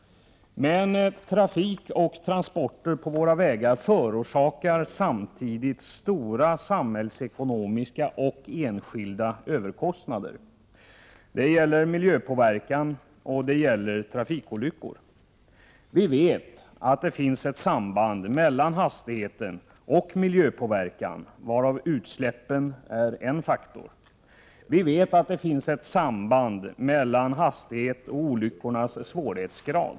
Men trafik och transporter på våra vägar förorsakar samtidigt stora samhällsekonomiska och enskilda överkostnader. Det gäller miljöpåverkan och trafikolyckorna. Vi vet att det finns ett samband mellan hastigheten och miljöpåverkan. Utsläppen är då en faktor. Vi vet att det finns ett samband mellan hastigheten och olyckornas svårighetsgrad.